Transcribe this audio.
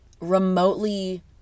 remotely